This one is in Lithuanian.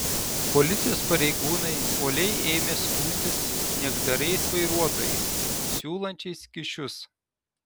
policijos pareigūnai uoliai ėmė skųstis niekdariais vairuotojais siūlančiais kyšius